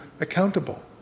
accountable